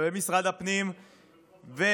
ובמשרד הפנים ובצבא,